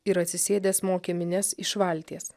ir atsisėdęs mokė minias iš valties